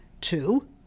Two